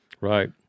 Right